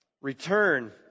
return